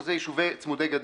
שזה יישובים צמודי גדר.